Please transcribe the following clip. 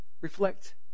Reflect